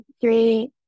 three